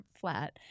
flat